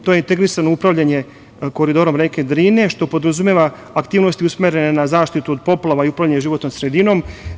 To je integrisano upravljanje koridorom reke Drine, što podrazumeva aktivnosti usmerene na zaštitu od poplava i upravljanju životnom sredinom.